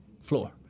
floor